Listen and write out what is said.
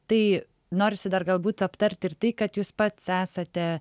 tai norisi dar galbūt aptarti ir tai kad jūs pats esate